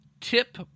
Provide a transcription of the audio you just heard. tip